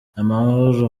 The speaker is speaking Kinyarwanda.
amahoro